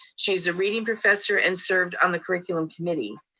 she's a reading professor, and served on the curriculum committee.